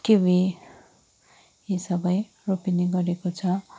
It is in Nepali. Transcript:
किवी यी सबै रोपिने गरेको छ